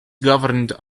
governed